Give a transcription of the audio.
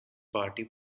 party